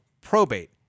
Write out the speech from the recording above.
probate